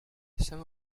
some